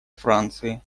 франции